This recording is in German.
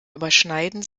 überschneiden